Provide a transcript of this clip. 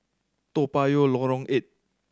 Toa Payoh Lorong Eight